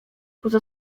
poza